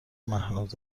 مهناز